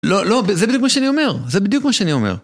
לא, לא, זה בדיוק מה שאני אומר, זה בדיוק מה שאני אומר.